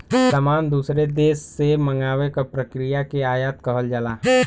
सामान दूसरे देश से मंगावे क प्रक्रिया के आयात कहल जाला